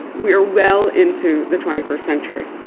we are well into the twenty first century.